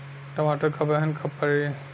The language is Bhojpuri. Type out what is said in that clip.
टमाटर क बहन कब पड़ी?